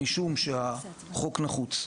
משום שהחוק נחוץ.